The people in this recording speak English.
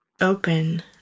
Open